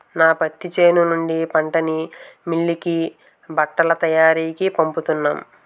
నా పత్తి చేను నుండి పంటని మిల్లుకి బట్టల తయారికీ పంపుతున్నాం